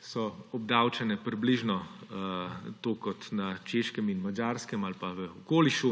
so obdavčene približno toliko kot na Češkem in Madžarskem ali pa v okolišu;